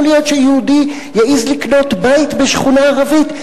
להיות שיהודי יעז לקנות בית בשכונה ערבית?